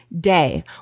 day